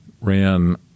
ran